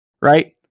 right